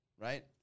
Right